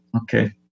okay